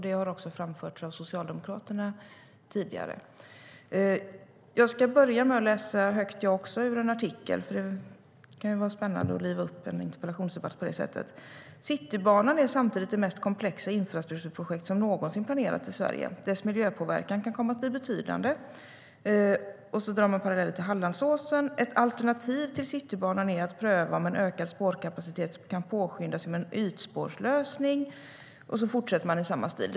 Det har också framförts av Socialdemokraterna."Citybanan är samtidigt det mest komplexa infrastrukturprojekt som någonsin planerats i Sverige. Dess miljöpåverkan kan komma att bli betydande." Sedan drar man paralleller till Hallandsåsen. "Ett alternativ till Citybanan är att pröva om en ökad spårkapacitet kan påskyndas genom en ytspårslösning" och så fortsätter man i samma stil.